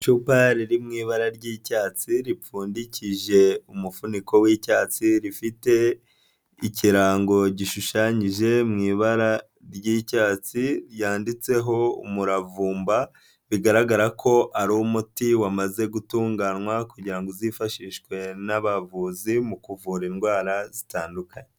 Icupa riri mu ibara ry'icyatsi ripfundikije umufuniko w'icyatsi, rifite ikirango gishushanyije mu ibara ry'icyatsi ryanditseho umuravumba, bigaragara ko ari umuti wamaze gutunganywa kugira ngo uzifashishwe n'abavuzi mu kuvura indwara zitandukanye.